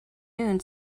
noon